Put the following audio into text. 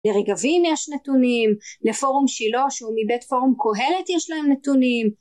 לרגבים יש נתונים לפורום שלוש ומבית פורום קהלת יש להם נתונים